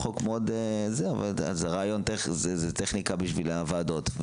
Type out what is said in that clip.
אבל זאת טכניקה בשביל הוועדות,